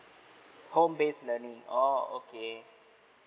home based learning oh okay